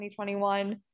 2021